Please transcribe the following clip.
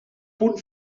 punt